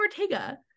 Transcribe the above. Ortega